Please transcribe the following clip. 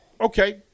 Okay